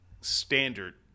standard